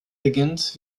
beginnt